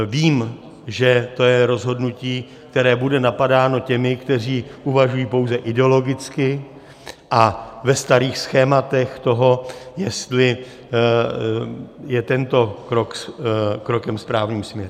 Vím, že to je rozhodnutí, které bude napadáno těmi, kteří uvažují pouze ideologicky a ve starých schématech toho, jestli je tento krok krokem správným směrem.